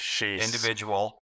individual